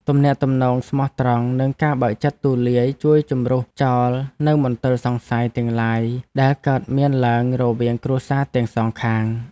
ទំនាក់ទំនងស្មោះត្រង់និងការបើកចិត្តទូលាយជួយជម្រុះចោលនូវមន្ទិលសង្ស័យទាំងឡាយដែលកើតមានឡើងរវាងគ្រួសារទាំងសងខាង។